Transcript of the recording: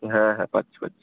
হ্যাঁ হ্যাঁ পাচ্ছি পাচ্ছি